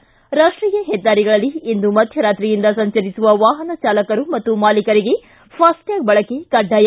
ಿ ರಾಷ್ಟೀಯ ಹೆದ್ದಾರಿಗಳಲ್ಲಿ ಇಂದು ಮಧ್ಯರಾತ್ರಿಯಿಂದ ಸಂಚರಿಸುವ ವಾಹನ ಚಾಲಕರು ಮತ್ತು ಮಾಲೀಕರಿಗೆ ಫಾಸ್ಟ್ಯಾಗ್ ಬಳಕೆ ಕಡ್ಡಾಯ